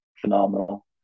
phenomenal